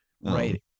Right